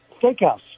Steakhouse